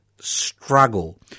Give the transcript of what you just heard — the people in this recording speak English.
struggle